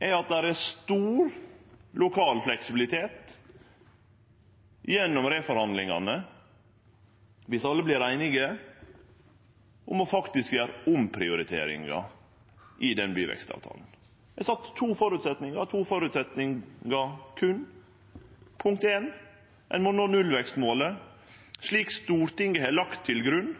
er at det er stor lokal fleksibilitet gjennom reforhandlingane viss alle vert einige om å gjere omprioriteringar i byvekstavtalen. Det er sett berre to føresetnader: Ein må nå nullvekstmålet, slik Stortinget har lagt til grunn.